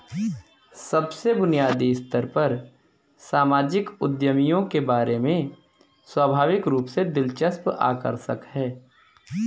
सबसे बुनियादी स्तर पर सामाजिक उद्यमियों के बारे में स्वाभाविक रूप से दिलचस्प आकर्षक है